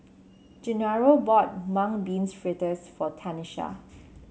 Gennaro bought Mung Beans fritters for Tanisha